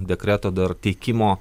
dekreto dar teikimo